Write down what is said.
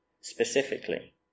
specifically